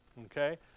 Okay